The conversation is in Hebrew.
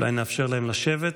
אולי נאפשר להם לשבת.